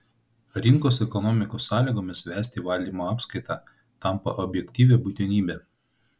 rinkos ekonomikos sąlygomis vesti valdymo apskaitą tampa objektyvia būtinybe